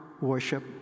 worship